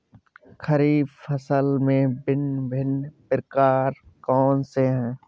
खरीब फसल के भिन भिन प्रकार कौन से हैं?